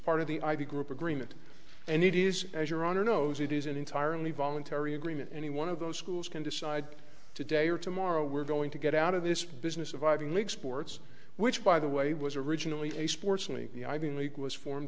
part of the ib group agreement and it is as your honor knows it is an entirely voluntary agreement any one of those schools can decide today or tomorrow we're going to get out of this business of ivy league sports which by the way was originally a sports and the ivy league was formed